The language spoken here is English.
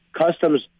customs